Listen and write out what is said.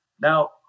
Now